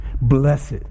blessed